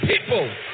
people